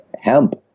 hemp